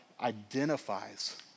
identifies